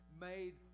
made